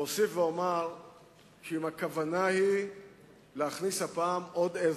אוסיף ואומר שאם הכוונה היא להכניס הפעם עוד עז,